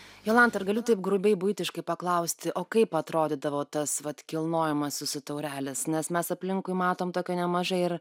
jolanta ar galiu taip grubiai buitiškai paklausti o kaip atrodydavo tas vat kilnojimas jūsų taurelės nes mes aplinkui matom tokio nemažai ir